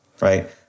right